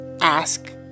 ask